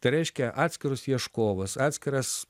tai reiškia atskirus ieškovus atskiras